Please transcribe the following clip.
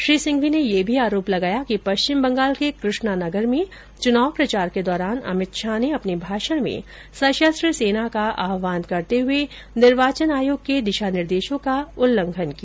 श्री सिंघवी ने यह भी आरोप लगाया कि पश्चिम बंगाल के कृष्णा नगर में चुनाव प्रचार के दौरान अमित शाह ने अपने भाषण में सशस्त्र सेना का आह्वान करते हुए निर्वाचन आयोग के दिशानिर्देशों का उल्लंघन किया